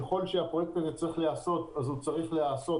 ככל שהפרויקט הזה צריך להיעשות הוא צריך להיעשות